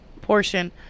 portion